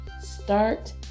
start